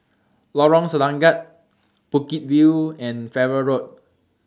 Lorong Selangat Bukit View and Farrer Road